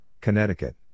Connecticut